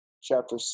chapter